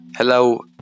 Hello